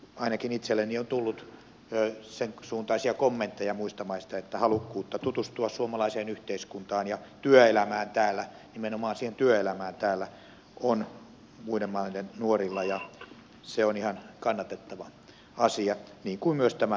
ainakin itselleni on tullut sen suuntaisia kommentteja muista maista että halukkuutta tutustua suomalaiseen yhteiskuntaan ja nimenomaan siihen työelämään täällä on muiden maiden nuorilla ja se on ihan kannatettava asia niin kuin myös tämä